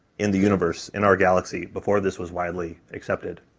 in the universe, in our galaxy, before this was widely accepted.